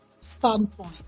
standpoint